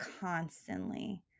constantly